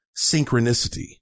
synchronicity